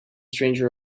stranger